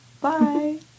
Bye